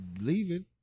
leaving